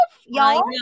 y'all